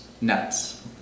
nuts